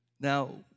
Now